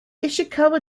ishikawa